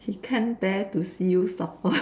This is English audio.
he can't bear to see you suffer